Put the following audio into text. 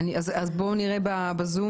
בואו נשמע בזום